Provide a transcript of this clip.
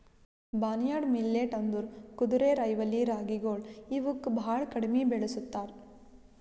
barnyard millet ಅಂದುರ್ ಕುದುರೆರೈವಲಿ ರಾಗಿಗೊಳ್ ಇವುಕ್ ಭಾಳ ಕಡಿಮಿ ಬೆಳುಸ್ತಾರ್